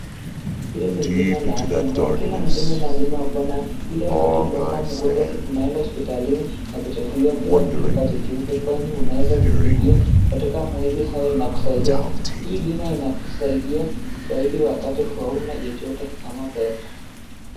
Hii ni bima la afya ambayo kila mkenya lazima akue nayo ili wakati umekuwa mgonjwa unaenda hospitalini na kutibiwa bila kulipa chochote kwani unaeza kulipia katika mwezi iwe inakusaidia. Hii bima inakusaidia zaidi wakati hauna chochote kama pesa.